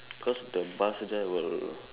because the bus there will